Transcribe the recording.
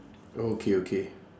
oh okay okay